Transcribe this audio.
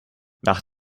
nach